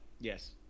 yes